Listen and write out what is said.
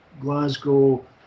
Glasgow